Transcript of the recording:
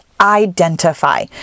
identify